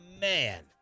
man